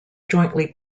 jointly